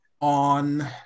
on